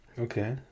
Okay